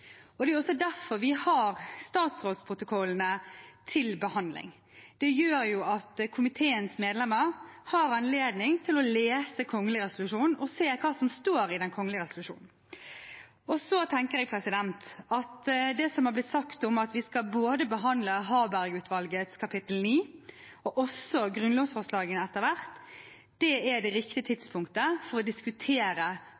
og vi som sitter på Stortinget, er jo folkets representanter. Det er derfor vi har statsrådsprotokollene til behandling. Det gjør at komiteens medlemmer har anledning til å lese den kongelige resolusjonen og se hva som står i den kongelige resolusjonen. Så tenker jeg – når det er blitt sagt at vi skal behandle både Harberg-utvalgets kapittel 9 og etter hvert også grunnlovsforslagene – at det er det riktige